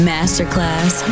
Masterclass